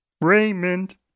Raymond